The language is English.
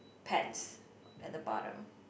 pets at the bottom